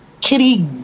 kitty